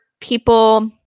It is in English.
people